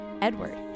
Edward